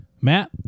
Matt